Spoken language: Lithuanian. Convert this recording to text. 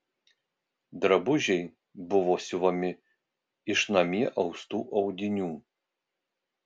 drabužiai buvo siuvami iš namie austų audinių